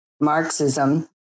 Marxism